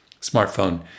smartphone